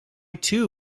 too